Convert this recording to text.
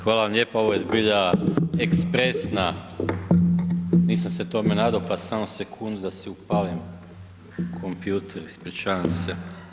Hvala vam lijepo, ovo je zbilja ekspresna, nisam se tome nadao pa samo sekundu da si upalim kompjuter, ispričavam se.